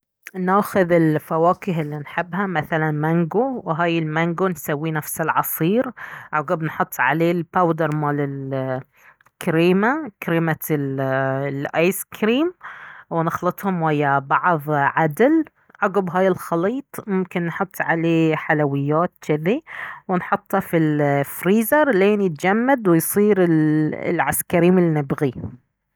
ناخذ الفواكه اللي نحبها مثلا مانجو وهاي المانجو نسويه نفس العصير عقب نحط عليه الباودر مال الكريمة كريمة الايس كريم ونخلطهم ويا بعض عدل عقب هاي الخليط ممكن نحط عليه حلويات جذي ونحطه في الفريزر لين يتجمد ويصير العسكريم اللي نبغيه